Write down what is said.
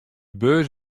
beurs